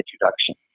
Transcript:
introduction